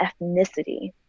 ethnicity